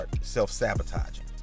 self-sabotaging